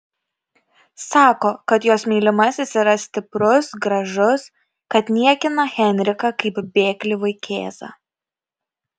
sako kad jos mylimasis yra stiprus gražus kad niekina henriką kaip bėglį vaikėzą